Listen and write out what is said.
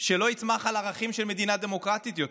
שלא יצמח על ערכים של מדינה דמוקרטית יותר,